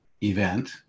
event